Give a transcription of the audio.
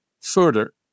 further